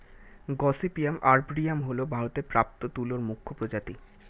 gossypium arboreum হল ভারতে প্রাপ্ত তুলোর মুখ্য প্রজাতি